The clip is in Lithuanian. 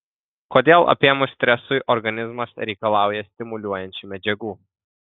kodėl apėmus stresui organizmas reikalauja stimuliuojančių medžiagų